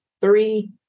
Three